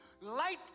Light